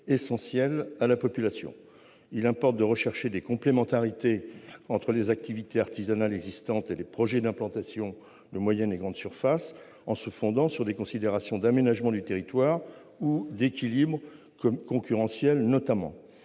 essentiels à la population. Il importe de rechercher des complémentarités entre les activités artisanales existantes et les projets d'implantation de moyennes et grandes surfaces en se fondant notamment sur des considérations d'aménagement du territoire ou d'équilibre concurrentiel.